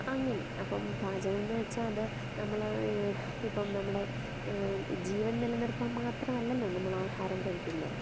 അങ്ങനെ അപ്പം പാചകം എന്ന് വച്ചാൽ അത് നമ്മൾ ഇപ്പം നമ്മുടെ ജീവൻ നിലനിർത്താൻ മാത്രം അല്ലല്ലോ നമ്മൾ ആഹാരം കഴിക്കുന്നത്